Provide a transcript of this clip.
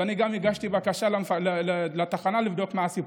וגם הגשתי בקשה לתחנה לבדוק מה הסיפור.